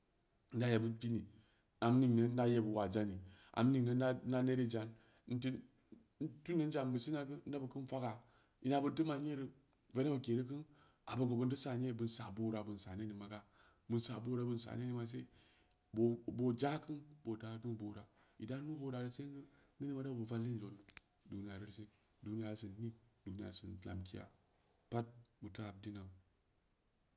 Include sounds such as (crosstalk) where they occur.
Na yeɓɓid pi ni, am ningni na yeɓɓid wa zammi am mingni na na neere zan n teu, n zan bus ma geu neu bu kan faka ina binteu man yere veneb oo kereu ka, abin bin na saan yere bin saa boora bin saa nee ningina ga, bin saa boora bin na saan yere bin saa boora bin saa nee ningma se, boo boo za’ ku boo da nuu boora, bu da nuuboora sengu, nening da bu vallin zang duniya reu (noise) see, ɗuniya son ni, ɗuniya son lemkeya, pad bu teu habulina.